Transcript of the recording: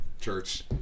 church